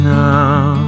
now